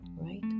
right